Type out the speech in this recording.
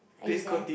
hi there